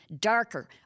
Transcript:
darker